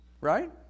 Right